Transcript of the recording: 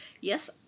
yes